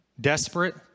desperate